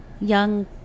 young